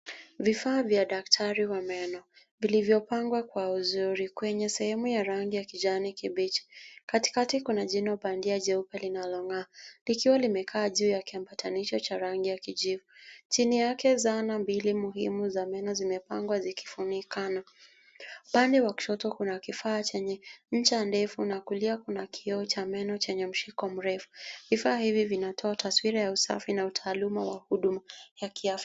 Vifaa vya daktari wa meno vilivyopangwa kwa uzuri kwenye sehemu ya rangi ya kijani kibichi. Katikati kuna jino bandia jeupe linalong'aa likiwa, limekaa juu ya kiambatanisho cha rangi ya kijivu. Chini yake zana mbili muhimu za meno zimepangwa zikifunikana. Upande wa kushoto kuna kifaa chenye ncha ndefu na kulia kuna kioo cha meno chenye mshiko mrefu. Vifaa hivi vinatoa taswira ya usafi na utaaluma wa kudumu ya kiafya.